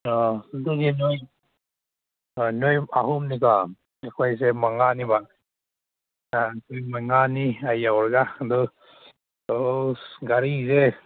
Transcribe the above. ꯑꯗꯨꯗꯤ ꯅꯣꯏ ꯅꯣꯏ ꯑꯍꯨꯝꯅꯤꯀꯣ ꯑꯩꯈꯣꯏꯁꯦ ꯃꯉꯥꯅꯦꯕ ꯑꯩꯈꯣꯏ ꯃꯉꯥꯅꯤ ꯑꯩ ꯌꯥꯎꯔꯒ ꯑꯗꯨ ꯑꯁ ꯒꯥꯔꯤꯁꯦ